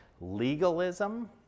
Legalism